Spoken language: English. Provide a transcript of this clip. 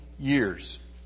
years